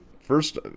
First